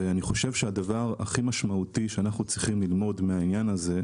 אני חושב שהדבר הכי משמעותי שאנחנו צריכים ללמוד מהעניין הזה,